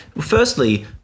firstly